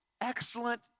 excellent